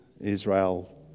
Israel